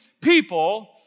people